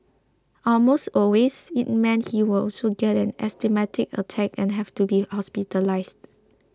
almost always it meant he would also get an asthmatic attack and have to be hospitalised